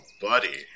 buddy